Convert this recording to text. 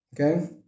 Okay